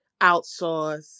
outsource